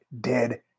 dead